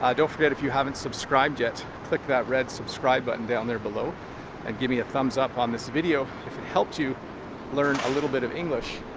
ah don't forget, if you haven't subscribed yet, click that red subscribe button down there below and give me a thumbs up on this video if it helped you learn a little bit of english.